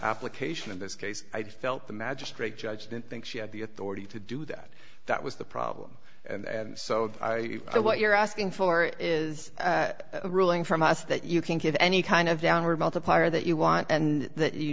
application in this case i felt the magistrate judge didn't think she had the authority to do that that was the problem and so i i what you're asking for is a ruling from us that you can give any kind of downward multiplier that you want and that you